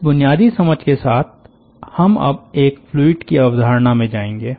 इस बुनियादी समझ के साथ हम अब एक फ्लूइड की अवधारणा में जाएंगे